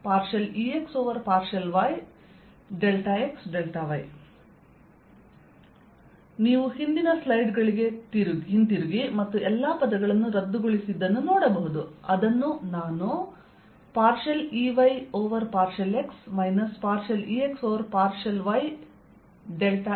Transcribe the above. dlEY∂XXY EX∂yXY ನೀವು ಹಿಂದಿನ ಸ್ಲೈಡ್ ಗಳಿಗೆ ಹಿಂತಿರುಗಿ ಮತ್ತು ಎಲ್ಲ ಪದಗಳನ್ನು ರದ್ದುಗೊಳಿಸಿದ್ದನ್ನು ನೋಡಬಹುದು ಅದನ್ನು ನಾನು EY∂X EX∂y XY ಎಂದು ಬರೆಯಲಿದ್ದೇನೆ